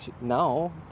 now